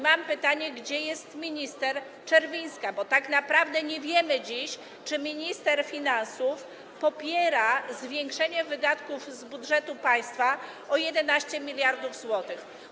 Mam pytanie: Gdzie jest minister Czerwińska, bo tak naprawdę nie wiemy dziś, czy minister finansów popiera zwiększenie wydatków z budżetu państwa o 11 mld zł?